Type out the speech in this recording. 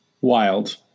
wild